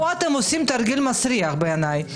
פה אתם עושים תרגיל מסריח בעיניי.